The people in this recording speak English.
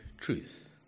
truth